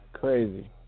Crazy